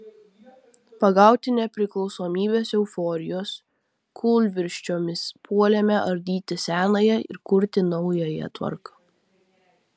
pagauti nepriklausomybės euforijos kūlvirsčiomis puolėme ardyti senąją ir kurti naująją tvarką